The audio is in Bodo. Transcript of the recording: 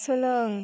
सोलों